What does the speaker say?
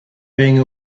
being